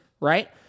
right